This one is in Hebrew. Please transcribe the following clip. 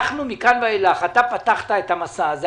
אנחנו מכאן ואילך אתה פתחת את המסע הזה,